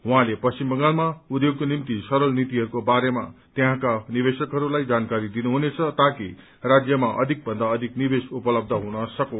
उहाँले पश्चिम बंगालमा उद्योगको निम्ति सरल नीतिहरूको बारेमा त्यहाँका निवेशकहरूलाई जानकारी दिनुहुनेछ ताकि राज्यमा अधिक भन्दा अधिक निवेश उपलब्ध हुन सकोस्